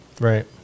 Right